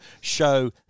Show